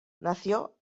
nació